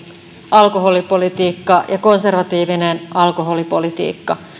alkoholipolitiikka ja konservatiivinen alkoholipolitiikka